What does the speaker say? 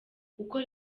gukora